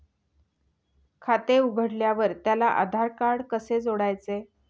खाते उघडल्यावर त्याला आधारकार्ड कसे जोडायचे?